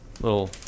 little